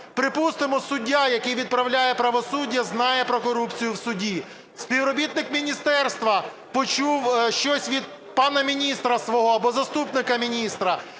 Припустимо, суддя, який відправляє правосуддя, знає про корупцію в суді, співробітник міністерства почув щось від пана міністра свого або заступника міністра,